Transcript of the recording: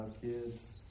kids